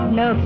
no